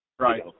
Right